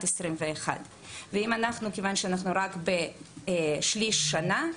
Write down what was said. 2021. מכיוון שאנחנו רק בשליש השנה,